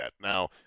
Now